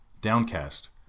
downcast